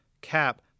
CAP